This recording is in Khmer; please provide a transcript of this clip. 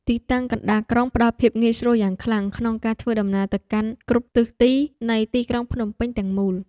ទីតាំងកណ្តាលក្រុងផ្តល់ភាពងាយស្រួលយ៉ាងខ្លាំងក្នុងការធ្វើដំណើរទៅកាន់គ្រប់ទិសទីនៃទីក្រុងភ្នំពេញទាំងមូល។